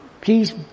Please